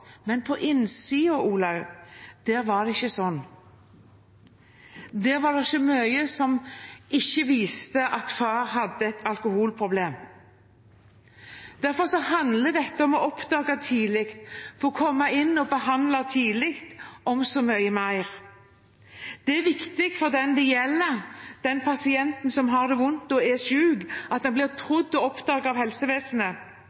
Olaug, var det ikke sånn, der var det ikke mye som ikke viste at far hadde et alkoholproblem. Derfor handler dette om å oppdage tidlig, få komme inn og behandle tidlig, og om så mye mer. Det er viktig at den det gjelder, den pasienten som har det vondt og er